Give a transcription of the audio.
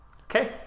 Okay